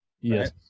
Yes